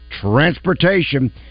transportation